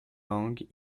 langues